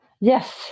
Yes